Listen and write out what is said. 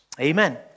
Amen